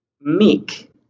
Meek